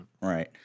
Right